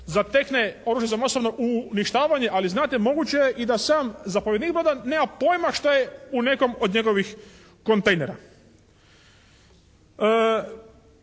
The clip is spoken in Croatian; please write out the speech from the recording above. zatekne oružje za masovno uništavanje, ali znate moguće je i da sam zapovjednik broda nema pojma šta je u nekom od njegovih kontejnera.